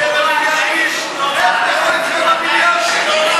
חבר הכנסת יואב קיש.